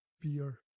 beer